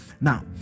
now